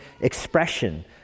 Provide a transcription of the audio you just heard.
expression